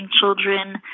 children